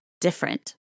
different